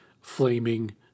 flaming